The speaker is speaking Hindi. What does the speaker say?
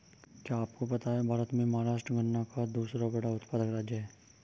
क्या आपको पता है भारत में महाराष्ट्र गन्ना का दूसरा बड़ा उत्पादक राज्य है?